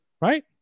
right